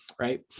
right